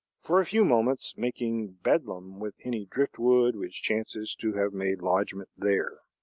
for a few moments making bedlam with any driftwood which chances to have made lodgment there.